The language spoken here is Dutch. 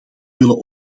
willen